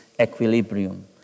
equilibrium